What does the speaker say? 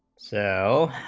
so